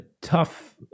Tough